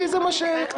כי זה מה שהקצבתי.